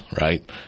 right